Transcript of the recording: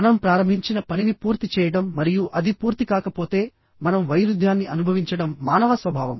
మనం ప్రారంభించిన పనిని పూర్తి చేయడం మరియు అది పూర్తి కాకపోతే మనం వైరుధ్యాన్ని అనుభవించడం మానవ స్వభావం